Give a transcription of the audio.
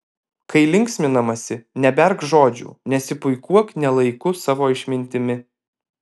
kai linksminamasi neberk žodžių nesipuikuok ne laiku savo išmintimi